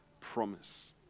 promise